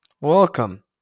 welcome